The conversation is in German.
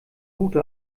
route